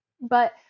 But-